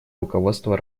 руководство